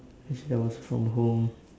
actually I was from home